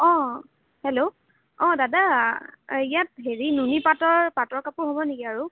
অঁ হেল্ল' অঁ দাদা ইয়াত হেৰি নুনীপাতৰ পাতৰ কাপোৰ হ'ব নেকি আৰু